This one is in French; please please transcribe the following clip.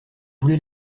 voulez